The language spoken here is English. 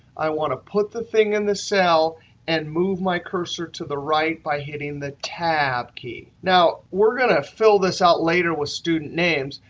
i want to put the thing in the cell and move my cursor to the right by hitting the tab key. now, we're going to fill this out later with student names,